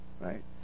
Right